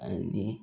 आनी